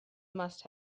must